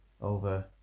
over